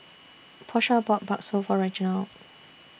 Porsha bought Bakso For Reginald